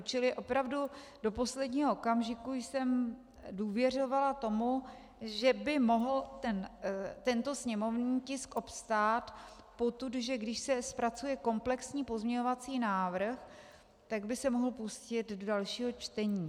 Tedy opravdu do posledního okamžiku jsem důvěřovala tomu, že by mohl tento sněmovní tisk obstát potud, že když se zpracuje komplexní pozměňovací návrh, tak by se mohl pustit do dalšího čtení.